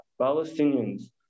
Palestinians